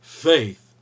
faith